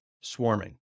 swarming